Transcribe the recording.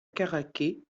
caraquet